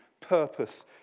purpose